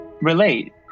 relate